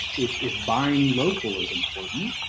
if if buying local is important.